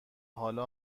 حالا